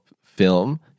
film